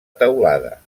teulada